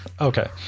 Okay